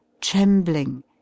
trembling